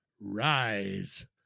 Rise